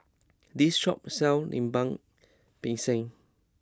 this shop sells Lemper Pisang